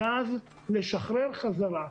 ואז נשחרר חזרה.